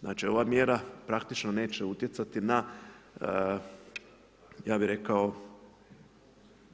Znači ova mjera praktično neće utjecati na ja bi rekao